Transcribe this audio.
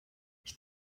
ich